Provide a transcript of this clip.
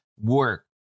work